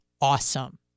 awesome